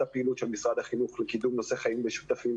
הפעילות של משרד החינוך לקידום נושא חיים משותפים,